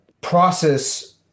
process